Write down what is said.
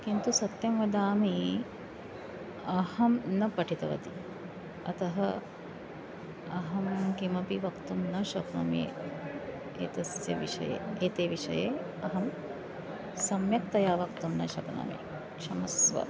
किन्तु सत्यं वदामि अहं न पठितवती अतः अहं किमपि वक्तुं न शक्नोमि एतस्य विषये एते विषये अहं सम्यक्तया वक्तुं न शक्नोमि क्षमस्व